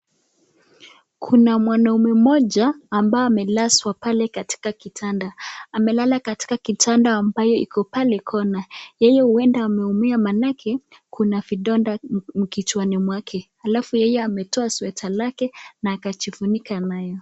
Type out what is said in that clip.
Kuna mwanaume mmoja ambaye amelazwa pale katika kitanda. Amelala katika kitanda ambaye iko pale kona. Yeye huenda ameumia maanake kuna vidonda kichwani mwake. Alafu yeye ametoa sweater lake na akajifunika nayo.